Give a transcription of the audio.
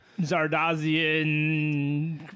Zardozian